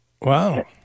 wow